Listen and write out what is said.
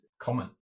common